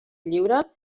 lliure